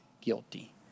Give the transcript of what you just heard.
guilty